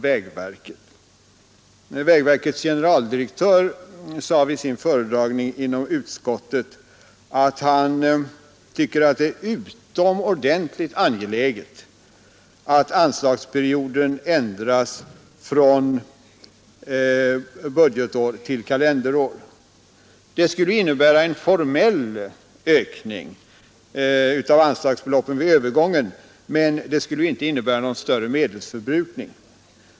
Vägverkets generaldirektör sade vid sin föredragning i utskottet att han tycker det är utomordentligt angeläget att anslagsperioden ändras från budgetår till kalenderår. Det skulle visserligen innebära en formell ökning av anslagsbeloppen vid övergången, men det skulle inte innebära någon större medelsförbrukning.